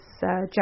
Jack